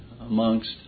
amongst